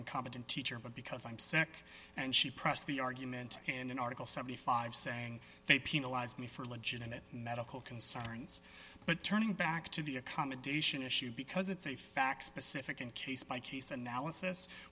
incompetent teacher but because i'm sick and she pressed the argument in an article seventy five saying they penalize me for legitimate medical concerns but turning back to the accommodation issue because it's a fact specific and case by case analysis